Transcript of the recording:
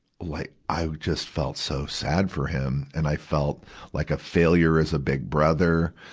like i just felt so sad for him, and i felt like a failure as a big brother.